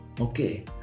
Okay